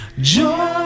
Joy